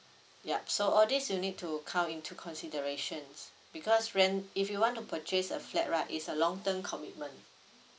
ya so all this you need to come into considerations because rent if you want to purchase a flat right is a long term commitment